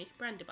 Brandybuck